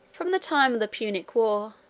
from the time of the punic war,